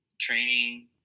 training